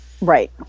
right